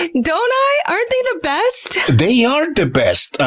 don't i! aren't they the best? they are the best.